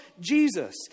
Jesus